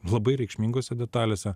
labai reikšmingose detalėse